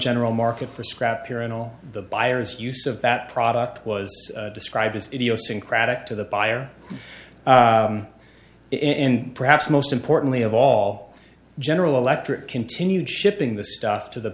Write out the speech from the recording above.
general market for scrap here and all the buyers use of that product was described as idiosyncratic to the buyer and perhaps most importantly of all general electric continued shipping the stuff to the